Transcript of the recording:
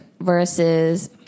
versus